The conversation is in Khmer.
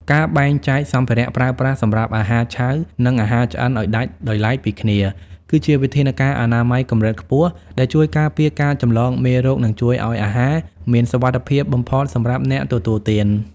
ការបែងចែកសម្ភារៈប្រើប្រាស់សម្រាប់អាហារឆៅ និងអាហារឆ្អិនឱ្យដាច់ដោយឡែកពីគ្នា គឺជាវិធានការអនាម័យកម្រិតខ្ពស់ដែលជួយការពារការចម្លងមេរោគ និងជួយឱ្យអាហារមានសុវត្ថិភាពបំផុតសម្រាប់អ្នកទទួលទាន។